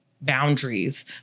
boundaries